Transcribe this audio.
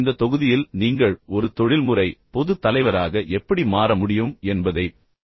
இப்போது இந்த தொகுதியில் நீங்கள் உண்மையில் ஒரு தொழில்முறை பொதுத் தலைவராக எப்படி மாற முடியும் என்பதைப் பார்ப்போம்